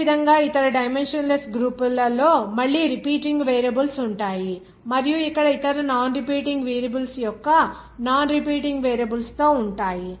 అదే విధంగా ఇతర డైమెన్షన్ లెస్ గ్రూపుల లో మళ్ళీ రిపీటింగ్ వేరియబుల్స్ ఉంటాయి మరియు ఇక్కడ ఇతర నాన్ రిపీటింగ్ వేరియబుల్స్ యొక్క నాన్ రిపీటింగ్ వేరియబుల్స్ తో ఉంటాయి